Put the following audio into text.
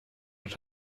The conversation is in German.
und